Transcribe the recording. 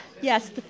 Yes